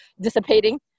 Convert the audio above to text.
dissipating